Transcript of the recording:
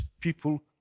people